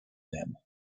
them